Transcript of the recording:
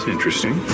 Interesting